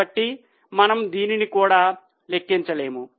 కాబట్టి మనము దీనిని కూడా లెక్కించలేము